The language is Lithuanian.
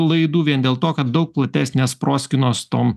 laidų vien dėl to kad daug platesnės proskynos tom